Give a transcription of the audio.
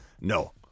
No